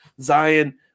Zion